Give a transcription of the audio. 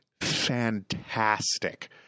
fantastic